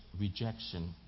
rejection